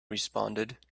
responded